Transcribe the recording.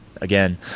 again